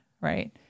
right